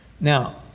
Now